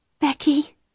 Becky